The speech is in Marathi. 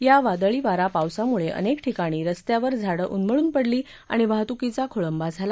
या वादळी वारा पावसामुळे अनेक ठिकाणी रस्त्यावर झाड्रिन्मळून पडली आणि वाहतूकीचा खोळती झाला